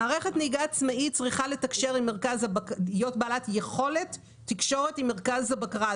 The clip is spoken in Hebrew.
מערכת נהיגה עצמאית צריכה להיות בעלת יכולת תקשורת עם מרכז הבקרה.